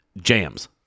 jams